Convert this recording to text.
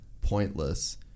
pointless